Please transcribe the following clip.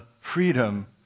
freedom